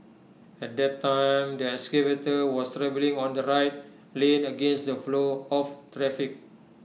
at that time the excavator was travelling on the right lane against the flow of traffic